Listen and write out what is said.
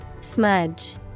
Smudge